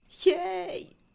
Yay